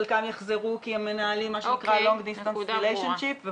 חלקם יחזרו כי הם מנהלים מה שנקרא long distance relationship וכו'.